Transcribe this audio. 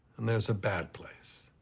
and there's a bad place.